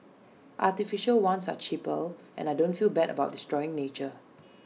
artificial ones are cheaper and I don't feel bad about destroying nature